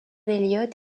elliott